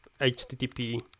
HTTP